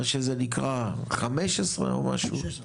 שזה נקרא 15 או משהו?